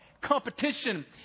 competition